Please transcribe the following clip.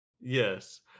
Yes